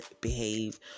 behave